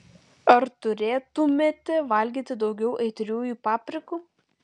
ar turėtumėte valgyti daugiau aitriųjų paprikų